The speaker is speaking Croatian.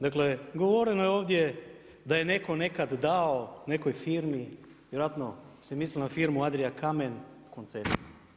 Dakle govoreno je ovdje da je neko nekad dao nekoj firmi, vjerojatno se misli na firmu Adriakamen u koncesiju.